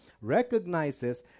recognizes